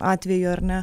atveju ar ne